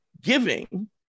giving